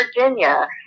Virginia